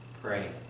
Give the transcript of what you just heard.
pray